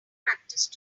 practice